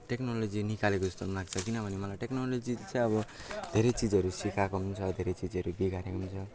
technology निकालेको जस्तो पनि लाग्छ किनभने मलाई टेक्नोलोजीले चाहिँ अब धेरै चिजहरू सिकाएको पनि छ धेरै चिजहरू बिगारेको पनि छ